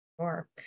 Sure